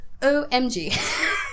OMG